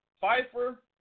Pfeiffer